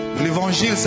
l'évangile